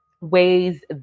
ways